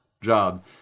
job